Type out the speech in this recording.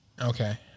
Okay